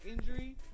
Injury